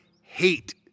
hate